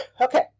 Okay